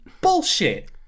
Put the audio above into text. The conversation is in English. Bullshit